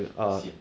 sian